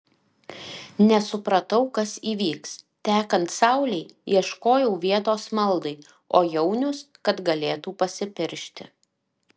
nesupratau kas įvyks tekant saulei ieškojau vietos maldai o jaunius kad galėtų pasipiršti